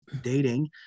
dating